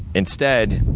instead,